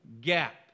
gap